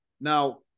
Now